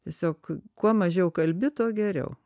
tiesiog kuo mažiau kalbi tuo geriau